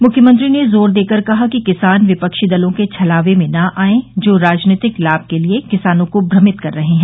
मुख्यमंत्री ने जोर देकर कहा कि किसान विपक्षी दलों के छलावे में न आयें जो राजनीतिक लाभ के लिए किसानों को भ्रमित कर रहे हैं